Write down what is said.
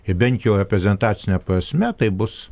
ir bent jau reprezentacine prasme tai bus